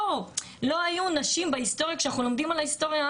לא היו נשים בהיסטוריה כשאנחנו לומדים על ההיסטוריה,